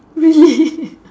really